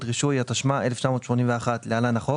(רישוי) התשמ"א-1981 (להלן החוק),